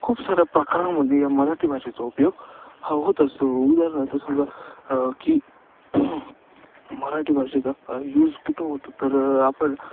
खूप साऱ्या प्रकारांमध्ये या मराठी भाषेचा उपयोग हा होत असतो उदाहरणार्थ समजा की मराठी भाषेचा यूज कुठं होतो तर आपण